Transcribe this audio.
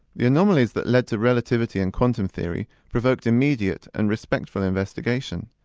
the anomalies that led to relativity and quantum theory provoked immediate and respectful investigation,